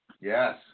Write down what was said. Yes